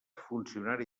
funcionari